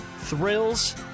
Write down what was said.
Thrills